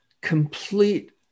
complete